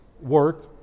work